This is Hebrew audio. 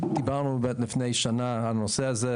דיברנו לפני שנה על הנושא הזה,